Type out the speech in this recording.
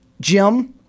Jim –